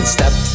Step